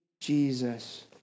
Jesus